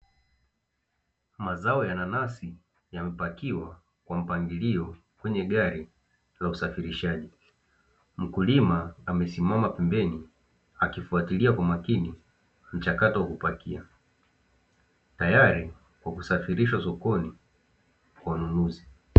Mazao ya nanasi yamepakiwa kwa mpangilio kwenye gari la usafirishaji, mkulima amesimama pembeni akifuatilia kwa umakini mchakato wa kupakia tayari kwa kusafirishwa sokoni kwa ununuzi.